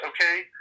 okay